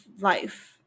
life